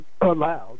allowed